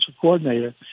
coordinator